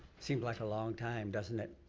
seems like a long time, doesn't it?